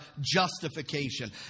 justification